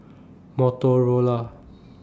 Motorola